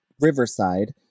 Riverside